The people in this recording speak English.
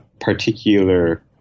particular